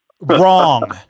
Wrong